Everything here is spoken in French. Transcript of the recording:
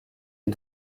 est